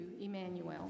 Emmanuel